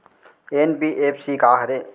NBFC का हरे?